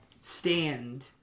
stand